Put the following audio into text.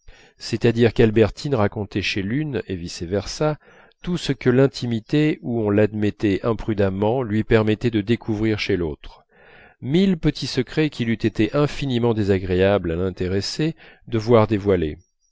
c'est-à-dire qu'albertine racontait chez l'une et vice versa tout ce que l'intimité où on l'admettait imprudemment lui permettait de découvrir chez l'autre mille petits secrets qu'il eût été infiniment désagréable à l'intéressée de voir dévoilés